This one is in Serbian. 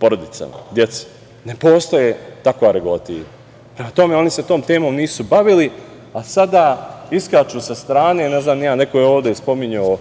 porodicama, deci, ne postoji takva regulativa. Prema tome, oni se tom temom nisu bavili, a sada iskaču sa strane. Ne znam ni ja, neko je ovde i spominjao